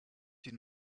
die